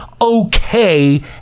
okay